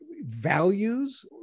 values